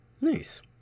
Nice